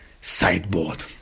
sideboard